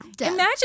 imagine